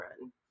run